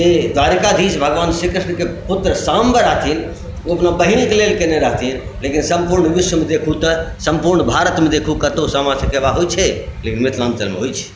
जे द्वारिकाधीश भगवान श्री कृष्णके पुत्र साम्ब रहथिन ओ अपना बहीनके लेल कयने रहथिन लेकिन सम्पूर्ण विश्वमे देखू तऽ सम्पूर्ण भारतमे देखू कतहुँ सामा चकेबा होइत छै लेकिन मिथिलाञ्चलमे होइत छै